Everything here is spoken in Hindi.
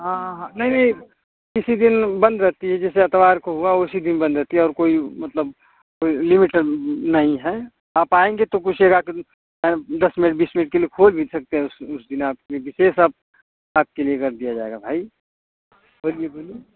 हाँ हाँ हाँ नहीं नहीं किसी दिन बंद रहती है जैसे इतवार को हुआ उसी दिन बंद रहती है और कोई मतलब कोई लिमिट नहीं है आप आएँगे तो पूछिएगा कि दस मिनट बीस मिनट के लिए खोल भी सकते हैं उस उस दिन आपके विशेष आप आपके लिए कर दिया जाएगा भाई बोलिए बोलिए